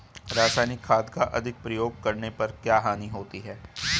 रासायनिक खाद का अधिक प्रयोग करने पर क्या हानि होती है?